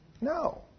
No